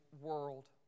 world